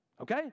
Okay